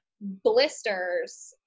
blisters